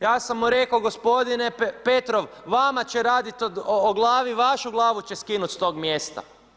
Ja sam mu rekao gospodine Petrov, vama će raditi o glavi, vašu glavu će skinuti s tog mjesta.